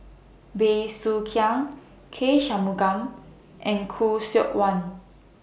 Bey Soo Khiang K Shanmugam and Khoo Seok Wan